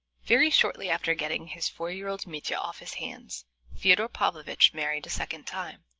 very shortly after getting his four-year-old mitya off his hands fyodor pavlovitch married a second time.